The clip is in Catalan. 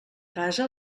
casa